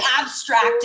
abstract